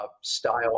style